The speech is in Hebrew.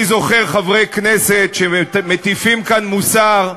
אני זוכר חברי כנסת שמטיפים כאן מוסר,